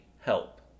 help